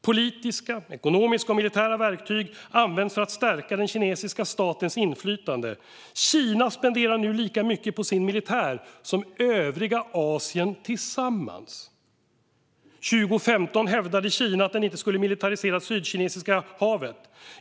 Politiska, ekonomiska och militära verktyg används för att stärka den kinesiska statens inflytande. Kina spenderar nu lika på mycket på sin militär som övriga Asien tillsammans. År 2015 hävdade Kina att man inte skulle militarisera Sydkinesiska havet.